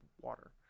water